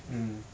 mm